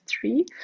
three